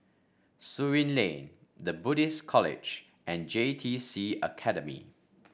Surin Lane The Buddhist College and J T C Academy